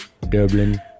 Dublin